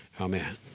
amen